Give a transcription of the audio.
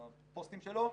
הפוסטים שלו,